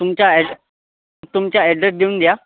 तुमचा ॲड् तुमचा ॲड्रेस देऊन द्या